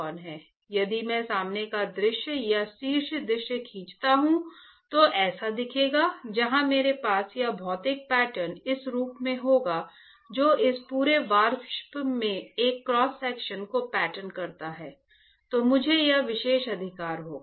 यदि मैं सामने का दृश्य या शीर्ष दृश्य खींचता हूं तो ऐसा दिखेगा जहां मेरे पास यह भौतिक पैटर्न इस रूप में होगा जो इस पूरे वाष्प के एक क्रॉस सेक्शन को पैटर्न करता है तो मुझे यह विशेष अधिकार होगा